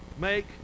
make